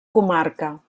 comarca